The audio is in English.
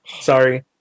Sorry